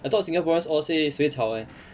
I thought singaporeans all say 水草 [one]